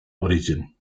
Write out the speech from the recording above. origin